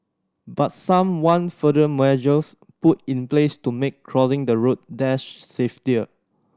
but some want further measures put in place to make crossing the road there safety